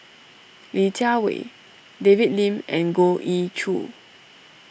Li Jiawei David Lim and Goh Ee Choo